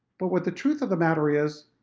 but what the truth of the matter is,